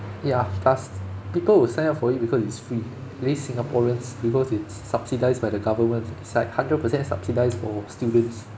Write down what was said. ya plus people will sign up for it because it's free only singaporeans because it's subsidised by the government it's like hundred percent subsidised for students